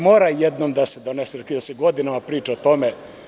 Mora jednom da se donese to, jer se godinama priča o tome.